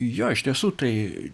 jo iš tiesų tai